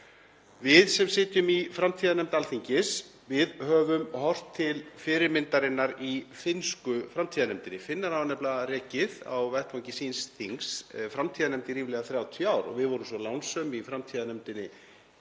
Við sem sitjum í framtíðarnefnd Alþingis höfum horft til fyrirmyndarinnar í finnsku framtíðarnefndinni. Finnar hafa nefnilega rekið á vettvangi síns þings framtíðarnefnd í ríflega 30 ár og við vorum svo lánsöm í framtíðarnefndinni